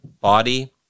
body